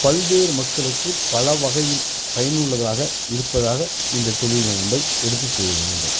பல்வேறு மக்களுக்கு பல வகையில் பயனுள்ளதாக இருப்பதாக இந்த தொழிலில் நம்ம எடுத்து செய்ய வேண்டும்